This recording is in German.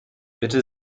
bitte